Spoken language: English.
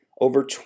over